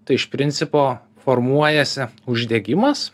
tai iš principo formuojasi uždegimas